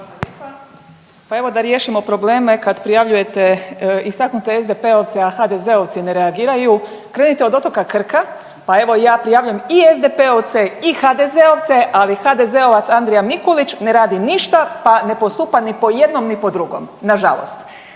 Pa evo da riješimo probleme kad prijavljujete istaknute SDP-ovce a HDZ-ovci ne reagiraju krenite od otoka Krka pa evo ja prijavljujem i SDP-ovce i HDZ-ovce ali HDZ-ovac Andrija Mikulić ne radi ništa pa ne postupa ni po jednom ni po drugom, nažalost.